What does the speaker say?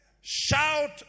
shout